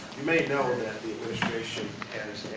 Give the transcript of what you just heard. you may know that the administration